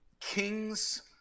kings